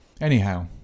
Anyhow